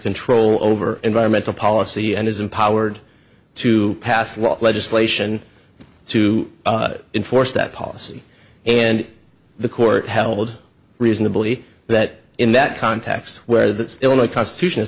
control over environmental policy and is empowered to pass laws legislation to enforce that policy and the court held reasonably that in that context where the illinois constitution